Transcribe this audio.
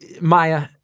Maya